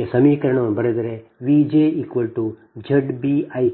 ಯ ಸಮೀಕರಣವನ್ನು ಬರೆದರೆ V j Z bI k V i